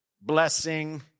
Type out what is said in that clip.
blessing